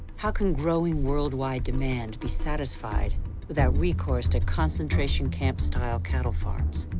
how can growing worldwide demand be satisfied without recourse to concentration camp-style cattle farms?